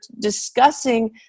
discussing